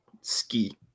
Ski